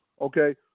Okay